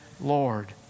Lord